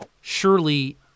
Surely